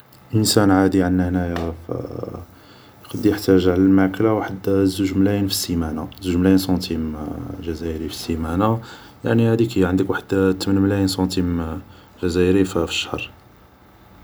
انسان عادي عندنا هنايا يقد يحتاج علا الماكل واحد زوج ملاين في السيمان ، زوج ملاين سنتيم جزائري في السيمان ، يعني هاديك هي واحد تمن ملاين سنتيم جزايري في الشهر